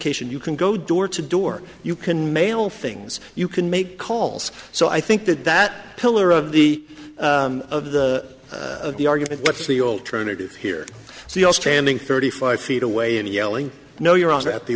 on you can go door to door you can mail things you can make calls so i think that that pillar of the of the of the argument what's the alternative here see all standing thirty five feet away and yelling no your honor at the